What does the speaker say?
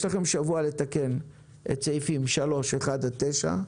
יש לכם שבוע לתקן את סעיף 3, את סעיפי משנה 1 9,